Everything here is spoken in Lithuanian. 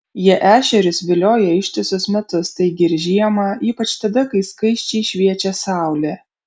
jie ešerius vilioja ištisus metus taigi ir žiemą ypač tada kai skaisčiai šviečia saulė